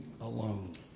alone